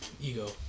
Ego